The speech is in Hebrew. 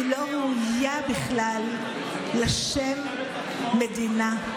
היא לא ראויה בכלל לשם מדינה.